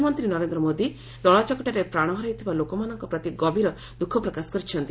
ପ୍ରଧାନମନ୍ତ୍ରୀ ନରେନ୍ଦ୍ର ମୋଦି ଦଳାଚକଟାରେ ପ୍ରାଣହରାଇ ଥିବା ଲୋକମାନଙ୍କ ପ୍ରତି ଗଭୀର ଦୁଃଖ ପ୍ରକାଶ କରିଚନ୍ତି